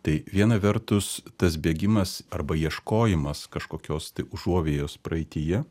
tai viena vertus tas bėgimas arba ieškojimas kažkokios tai užuovėjos praeityje